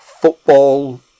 football